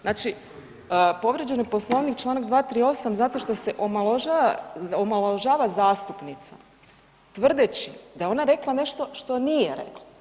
Znači povrijeđen je Poslovnik, čl. 238. zato što se omalovažava zastupnica tvrdeći da je ona rekla nešto što nije rekla.